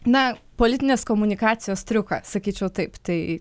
na politinės komunikacijos triuką sakyčiau taip tai